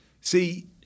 see